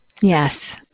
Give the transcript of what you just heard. Yes